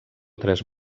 tres